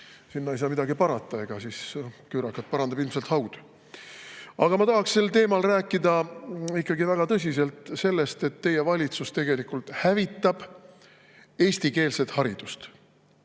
sinna ei saa midagi parata – küürakat parandab ilmselt haud. Aga ma tahaksin selle teema juures rääkida ikkagi väga tõsiselt sellest, et teie valitsus tegelikult hävitab eestikeelset haridust.